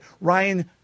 Ryan